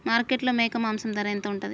మార్కెట్లో మేక మాంసం ధర ఎంత ఉంటది?